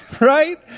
right